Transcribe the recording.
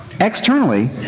Externally